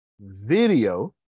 video